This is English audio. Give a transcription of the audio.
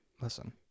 Listen